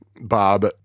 Bob